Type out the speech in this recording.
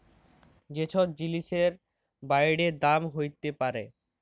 যে ছব জিলিসের বাইড়ে দাম হ্যইতে পারে